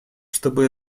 чтобы